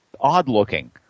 odd-looking